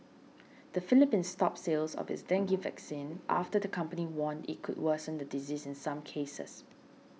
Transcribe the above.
the Philippines stopped sales of its dengue vaccine after the company warned it could worsen the disease in some cases